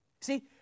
See